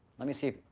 let me see,